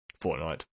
Fortnite